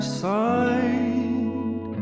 side